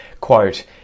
Quote